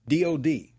DOD